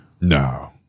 No